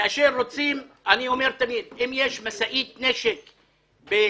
אני אומר תמיד שאם יש משאית נשק בסודן,